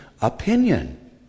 opinion